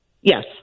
Yes